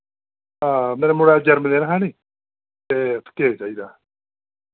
हां मेरे मुड़े दा जन्मदिन हा नि ते केक चाहिदा